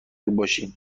باشیم